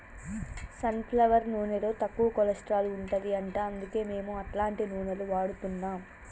sun flower నూనెలో తక్కువ cholesterol ఉంటది అంట అందుకే మేము అట్లాంటి నూనెలు వాడుతున్నాం